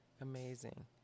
Amazing